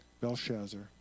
Belshazzar